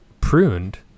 pruned